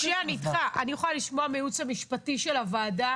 אני יכולה לשמוע מהייעוץ המשפטי של הוועדה,